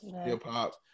hip-hop